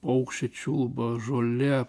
paukščiai čiulba žolė